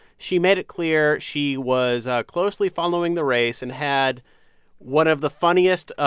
she made it clear she was closely following the race and had one of the funniest, ah